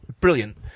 brilliant